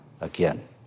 again